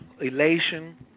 elation